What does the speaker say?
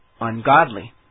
ungodly